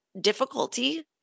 difficulty